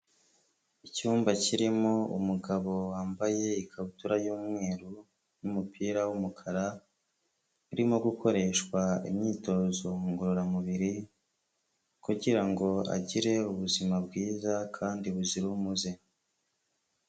Icyumba kirimo umugabo wambaye ikabutura y'umweru n'umupira w'umukara, urimo gukoreshwa imyitozo ngororamubiri kugira ngo agire ubuzima bwiza kandi buzira umuze.